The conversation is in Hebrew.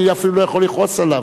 אני אפילו לא יכול לכעוס עליו.